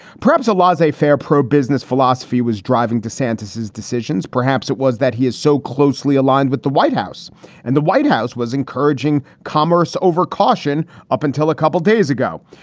perhaps a laissez faire, pro-business philosophy was driving to santos's decisions. perhaps it was that he is so closely aligned with the white house and the white house was encouraging commerce over caution. up until a couple days ago.